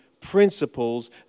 principles